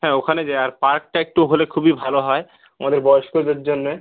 হ্যাঁ ওখানে যায় আর পার্কটা একটু হলে খুবই ভালো হয় আমাদের বয়স্কদের জন্যে